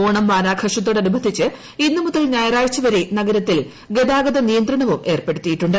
ഓണം വാരാഘോഷത്തോടനുബന്ധിച്ച് ഇന്ന് മുതൽ ഞായറാഴ്ച വരെ നഗരത്തിൽ ഗതാഗത നിയന്ത്രണവും ഏർപ്പെടുത്തിയിട്ടുണ്ട്